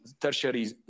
tertiary